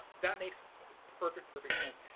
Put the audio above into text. that makes perfect, perfect sense.